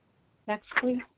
next, please.